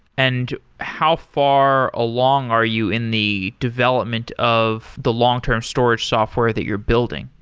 and how far along are you in the development of the long-term storage software that you're building?